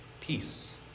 peace